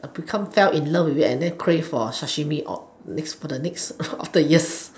become fell in love with it and then crave for sashimi for the next of the years